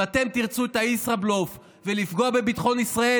אם אתם תרצו את הישראבלוף ולפגוע בביטחון ישראל,